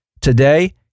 Today